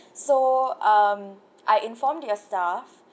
so um I informed your staff